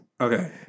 Okay